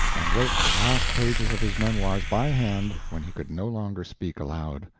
and wrote the last pages of his memoirs by hand when he could no longer speak aloud.